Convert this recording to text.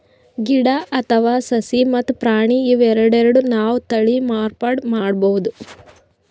ಗಿಡ ಅಥವಾ ಸಸಿ ಮತ್ತ್ ಪ್ರಾಣಿ ಇವ್ ಎರಡೆರಡು ನಾವ್ ತಳಿ ಮಾರ್ಪಾಡ್ ಮಾಡಬಹುದ್